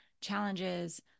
challenges